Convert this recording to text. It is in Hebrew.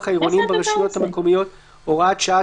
העירוניים ברשויות המקומיות (הוראת שעה),